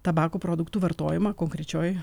tabako produktų vartojimą konkrečioj